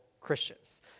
Christians